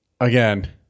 Again